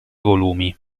volumi